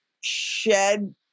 shed